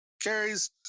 carries